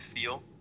feel